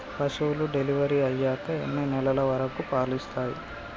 పశువులు డెలివరీ అయ్యాక ఎన్ని నెలల వరకు పాలు ఇస్తాయి?